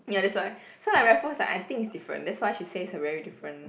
ya that's why so like Raffles like I think it's different that's why she says a very different